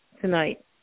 tonight